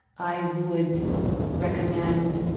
i would recommend